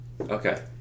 Okay